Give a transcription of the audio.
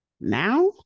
now